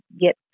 get